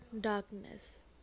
darkness